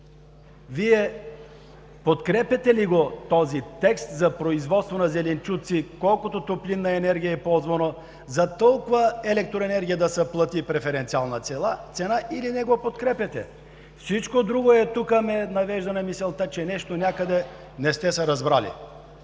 Вие подкрепяте ли този текст за производство на зеленчуци – колкото топлинна енергия е ползвана, за толкова електроенергия да се плати преференциална цена, или не го подкрепяте? Всичко друго ме навежда на мисълта, че някъде нещо не сте се разбрали.